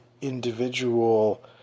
individual